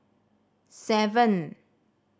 seven